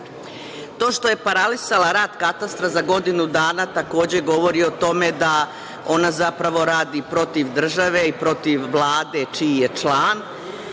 što je paralisala rad katastra za godinu dana takođe govori o tome da ona, zapravo radi protiv države i protiv Vlade, čiji je